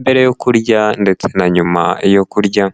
mbere yo kurya ndetse na nyuma yo kurya.